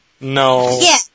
No